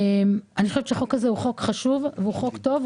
אני חושבת שהחוק הזה הוא חוק חשוב והוא חוק טוב,